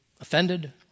offended